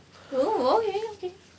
oh okay okay